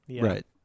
Right